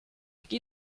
qui